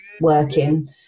working